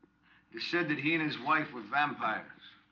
they said that he and his wife were vampires